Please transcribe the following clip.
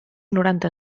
noranta